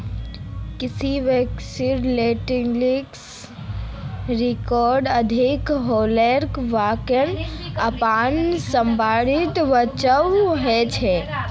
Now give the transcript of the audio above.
किसी व्यवसायत लिक्विडिटी रिक्स अधिक हलेपर वहाक अपनार संपत्ति बेचवा ह छ